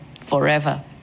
forever